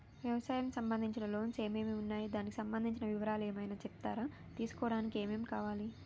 వ్యవసాయం సంబంధించిన లోన్స్ ఏమేమి ఉన్నాయి దానికి సంబంధించిన వివరాలు ఏమైనా చెప్తారా తీసుకోవడానికి ఏమేం కావాలి?